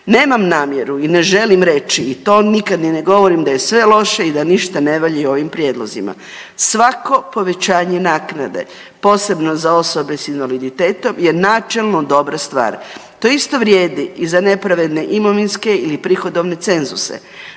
Nemam namjeru i ne želim reći i to nikad ni ne govorim da je sve loše i da ništa ne valja i u ovim prijedlozima. Svako povećanje naknade posebno za osobe sa invaliditetom je načelno dobra stvar. To isto vrijedi za nepravedne imovinske ili prihodovne cenzuse.